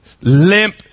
limp